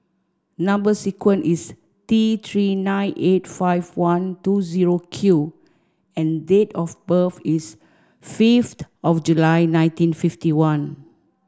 number sequence is T three nine eight five one two zero Q and date of birth is fifth of July nineteen fifty one